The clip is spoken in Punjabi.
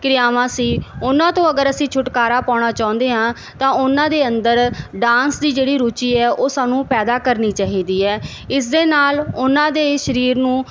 ਕਿਰਿਆਵਾਂ ਸੀ ਉਹਨਾਂ ਤੋਂ ਅਗਰ ਅਸੀਂ ਛੁਟਕਾਰਾ ਪਾਉਣਾ ਚਾਹੁੰਦੇ ਹਾਂ ਤਾਂ ਉਹਨਾਂ ਦੇ ਅੰਦਰ ਡਾਂਸ ਦੀ ਜਿਹੜੀ ਰੁਚੀ ਹੈ ਉਹ ਸਾਨੂੰ ਪੈਦਾ ਕਰਨੀ ਚਾਹੀਦੀ ਹੈ ਇਸ ਦੇ ਨਾਲ ਉਹਨਾਂ ਦੇ ਸਰੀਰ ਨੂੰ